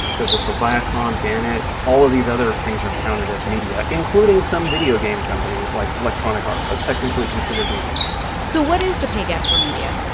there's also viacom, gannett. all of these other things are counted as media, including some video game companies like electronic arts. that's technically considered media so what is the pay gap for media?